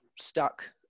stuck